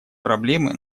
проблемы